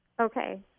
Okay